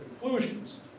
conclusions